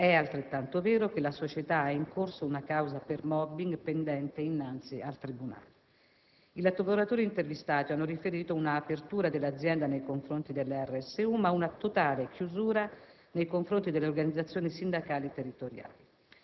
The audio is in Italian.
E' altrettanto vero che la società ha in corso una causa per *mobbing* pendente innanzi al tribunale. I lavoratori intervistati hanno riferito un'apertura dell'azienda nei confronti delle RSU, ma una totale chiusura nei confronti delle organizzazioni sindacali territoriali.